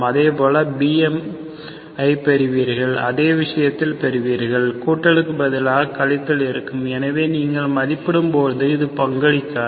அதேபோல் bm ஐ பெறுவீர்கள் அதே விஷயத்தில் பெறுவீர்கள் பதிலாக இருக்கும் எனவே நீங்கள் மதிப்பிடும் போது இது பங்களிக்காது